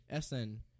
SN